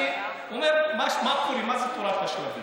אני אומר, מה זה תורת השלבים?